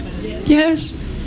Yes